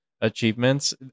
achievements